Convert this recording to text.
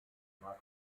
mag